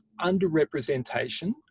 underrepresentation